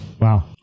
Wow